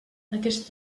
aquest